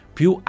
più